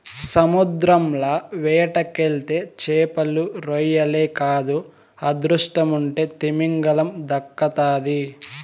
సముద్రంల వేటకెళ్తే చేపలు, రొయ్యలే కాదు అదృష్టముంటే తిమింగలం దక్కతాది